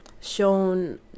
Shown